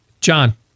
John